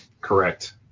correct